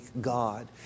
God